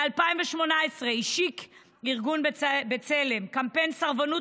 ב-2018 השיק ארגון בצלם קמפיין סרבנות,